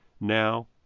now